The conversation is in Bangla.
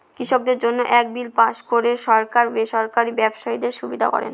কৃষকদের জন্য এক বিল পাস করে সরকার বেসরকারি ব্যবসায়ীদের সুবিধা করেন